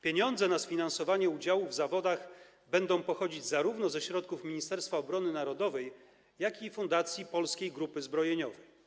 Pieniądze na sfinansowanie udziału w zawodach będą pochodzić ze środków zarówno Ministerstwa Obrony Narodowej, jak i Fundacji Polskiej Grupy Zbrojeniowej.